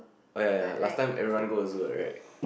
oh ya ya ya last time everyone go zoo what right